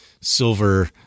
silver